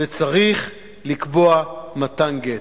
וצריך לקבוע מתן גט.